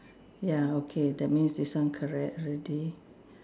ya okay that means this one correct already